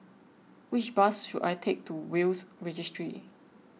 which bus should I take to Will's Registry